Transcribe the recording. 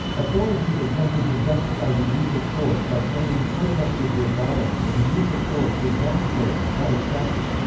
authorities attempted to justify the use of force by claiming protesters were violent and the use of force was necessary, not excessive.